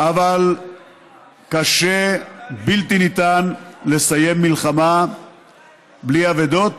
אבל קשה, בלתי ניתן, לסיים מלחמה בלי אבדות,